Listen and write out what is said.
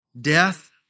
Death